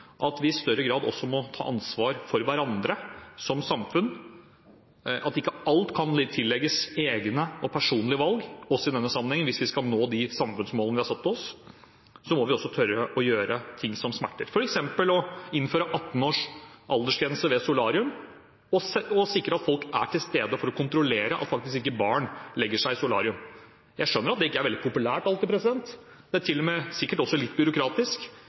at vi i større grad også må ta ansvar for hverandre som samfunn, og at ikke alt kan tillegges egne personlige valg også i denne sammenhengen. Hvis vi skal nå de samfunnsmålene vi har satt oss, må vi også tørre å gjøre ting som smerter, f.eks. å innføre 18-års aldersgrense ved solarium og sikre at folk er til stede for å kontrollere at ikke barn legger seg i solarium. Jeg skjønner at det ikke alltid er veldig populært, det er til og med sikkert også litt byråkratisk,